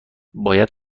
باید